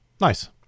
Nice